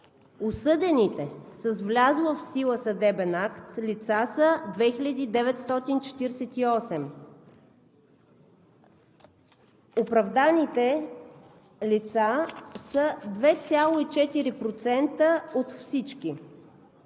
Осъдените лица с влязъл в сила съдебен акт са 2948, а оправданите лица са 2,4% от всички.